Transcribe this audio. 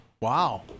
Wow